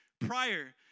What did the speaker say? prior